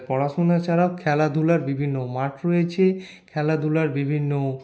পড়াশোনা ছাড়াও খেলাধূলার বিভিন্ন মাঠ রয়েছে খেলাধূলার বিভিন্ন